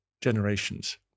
generations